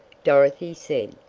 dorothy said,